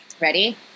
Ready